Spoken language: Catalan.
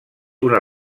una